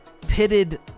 pitted